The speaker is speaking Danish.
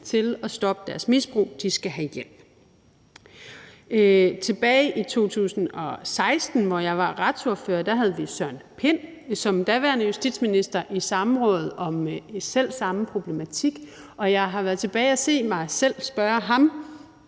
til at stoppe deres misbrug – de skal have hjælp. Tilbage i 2016, hvor jeg var retsordfører, havde vi Søren Pind som daværende justitsminister i samråd om den selv samme problematik, og jeg har været tilbage og se mig selv spørge ham